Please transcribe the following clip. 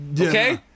Okay